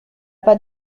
pas